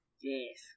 Yes